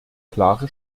klare